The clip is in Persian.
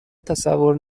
تصور